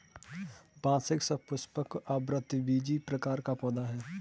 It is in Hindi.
बांस एक सपुष्पक, आवृतबीजी प्रकार का पौधा है